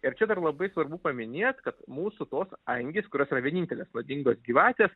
ir čia dar labai svarbu paminėt kad mūsų tos angys kurios yra vienintelės nuodingos gyvatės